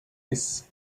eyes